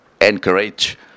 encourage